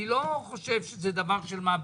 אני לא חושב שזה דבר של מה בכך.